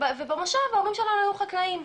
ובמושב ההורים שלנו היו חקלאים.